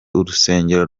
urusengero